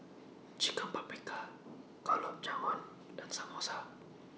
Chicken Paprikas Gulab Jamun and Samosa